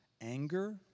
anger